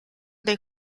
dei